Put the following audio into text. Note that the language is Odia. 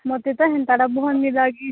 ମତେ ତ ହେନ୍ତାଟା ଭଲ୍ ନି ଲାଗେ